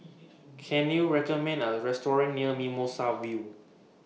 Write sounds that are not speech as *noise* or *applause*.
*noise* Can YOU recommend Me A Restaurant near Mimosa View